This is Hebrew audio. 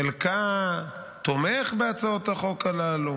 חלקה תומך בהצעות החוק הללו,